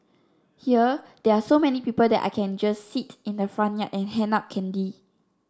here there are so many people that I just sit in the front yard and hand out candy